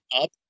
up